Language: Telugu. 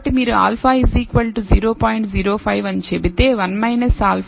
05 అని చెబితే 1 α 0